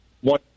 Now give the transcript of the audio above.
One